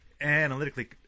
analytically